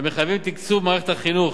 המחייבים תקצוב במערכת החינוך.